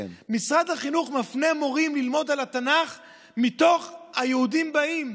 משרד החינוך מפנה מורים ללמוד על התנ"ך מתוך היהודים באים.